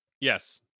Yes